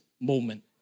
moment